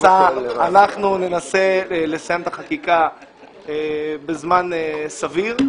לגבי הבטחת הכנסה ננסה לסיים את החקיקה בזמן סביר.